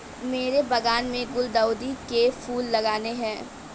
मेरे बागान में गुलदाउदी के फूल लगाने हैं